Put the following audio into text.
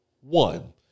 one